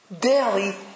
daily